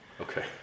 Okay